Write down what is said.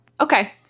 Okay